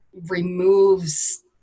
removes